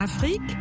Afrique